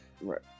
Right